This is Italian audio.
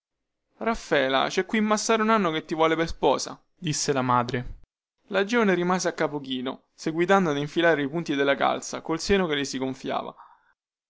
raffaela qui cè massaro nanni che ti vuole per sposa disse la madre la giovane rimase a capo chino seguitando a infilare i punti della calza col seno che le si gonfiava